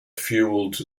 fuelled